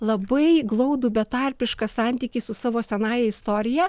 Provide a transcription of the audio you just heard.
labai glaudų betarpišką santykį su savo senąja istorija